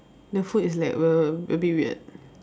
the food is like a bit weird